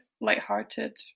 light-hearted